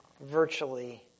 virtually